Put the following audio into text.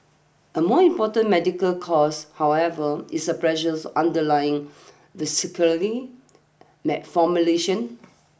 a more important medical cause however is the pressures underlying vascular malformation